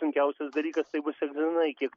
sunkiausias dalykas tai bus egzaminai kiek